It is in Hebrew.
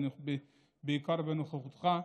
בעיקר בנוכחותך.